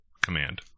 command